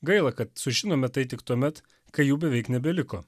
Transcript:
gaila kad sužinome tai tik tuomet kai jų beveik nebeliko